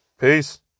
Peace